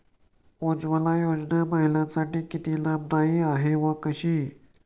उज्ज्वला योजना महिलांसाठी किती लाभदायी आहे व कशी?